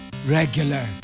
Regular